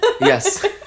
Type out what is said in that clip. Yes